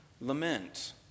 Lament